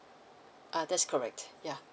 err that's correct yeah